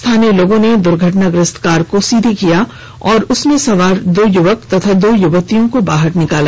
स्थानीय लोगों ने दुर्घटनाग्रस्त कार को सीधा किया और उसमें सवार दो युवक और दो युवतियों को बाहर निकाला